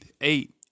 Eight